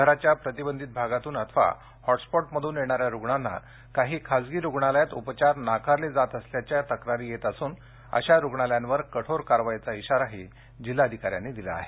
शहराच्या प्रतिबंधित भागातून अथवा हॉटस्पॉटमधून येणाऱ्या रुग्णांना काही खासगी रुग्णालयात उपचार नाकारले जात असल्याच्या तक्रारीही येत असून अशा रुग्णालयांवर कठोर कारवाईचा इशारा जिल्हाधिकाऱ्यांनी दिला आहे